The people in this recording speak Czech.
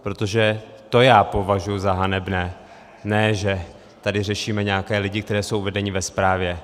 Protože to já považuji za hanebné ne to, že tady řešíme nějaké lidi, kteří jsou vedeni ve zprávě.